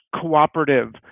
cooperative